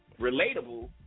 relatable